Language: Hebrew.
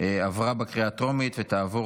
עברה בקריאה טרומית ותעבור